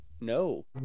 No